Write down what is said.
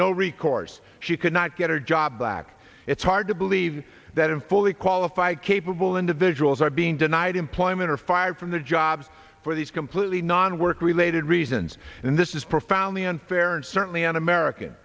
no recourse she could not get her job back it's hard to believe that in fully qualified capable individuals are being denied employment or fired from their jobs for these completely non work related reasons and this is profoundly unfair and certainly un american